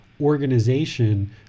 organization